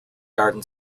garden